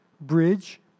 bridge